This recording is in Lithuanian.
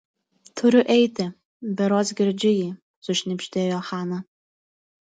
turiu eiti berods girdžiu jį sušnibždėjo hana